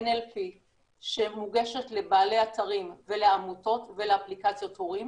NLP שמוגשת לבעלי אתרים ולעמותות ולאפליקציות הורים